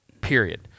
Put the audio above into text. Period